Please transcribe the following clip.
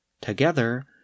Together